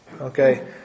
Okay